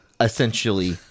Essentially